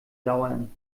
dauern